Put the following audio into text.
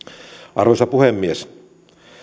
arvoisa puhemies